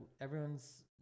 everyone's